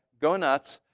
go nuts.